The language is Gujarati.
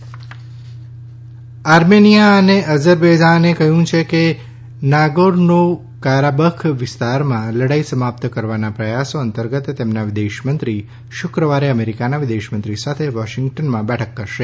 આર્મેનિયા અઝરબૈજાન આર્મેનિયા અને અજરબૈજાને કહ્યું કે નાગોર્નો કારાબખ વિસ્તારમાં લડાઈ સમાપ્ત કરવાના પ્રયાસો અંતર્ગત તેમના વિદેશમંત્રી શુક્રવારે અમેરિકાના વિદેશમંત્રી સાથે વોશિંગ્ટનમાં બેઠક કરશે